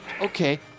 Okay